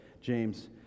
James